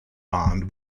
bond